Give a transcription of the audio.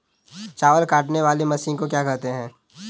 चावल काटने वाली मशीन को क्या कहते हैं?